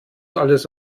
alles